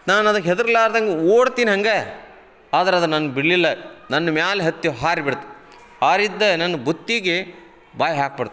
ನಾನು ಅದಕ್ಕೆ ಹೆದ್ರ್ಲಾರ್ದಂಗ ಓಡ್ತಿನಿ ಹಾಗ ಆದ್ರ ಅದು ನನ್ನ ಬಿಡಲಿಲ್ಲ ನನ್ನ ಮ್ಯಾಲೆ ಹತ್ತಿ ಹಾರಿ ಬಿಡ್ತು ಹಾರಿದ್ದೆ ನನ್ನ ಬುತ್ತಿಗೆ ಬಾಯಿ ಹಾಕ್ಬಿಡ್ತು